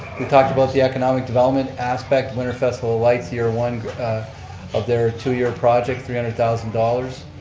we talked about the economic development aspect winter festival of lights year one of their two year project, three hundred thousand dollars.